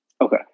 Okay